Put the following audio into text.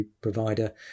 provider